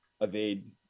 evade